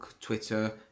Twitter